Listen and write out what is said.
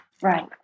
Right